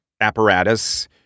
apparatus